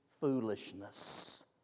foolishness